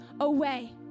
away